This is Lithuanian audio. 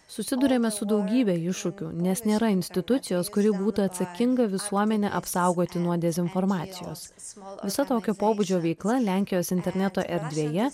susiduriame su daugybe iššūkių nes nėra institucijos kuri būtų atsakinga visuomenę apsaugoti nuo dezinformacijos visa tokio pobūdžio veikla lenkijos interneto erdvėje